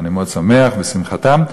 אני מאוד שמח בשמחתם.